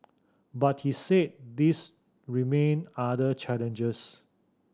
but he said these remain other challenges